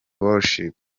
worship